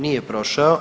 Nije prošao.